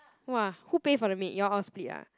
!wah! who pay for the maid you all split ah